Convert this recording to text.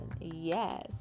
Yes